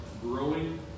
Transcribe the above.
growing